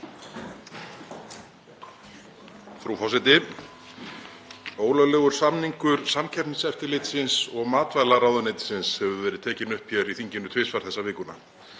Frú forseti. Ólöglegur samningur Samkeppniseftirlitsins og matvælaráðuneytisins hefur verið tekinn upp í þinginu tvisvar þessa vikuna.